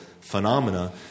phenomena